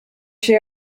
się